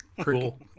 cool